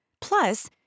Plus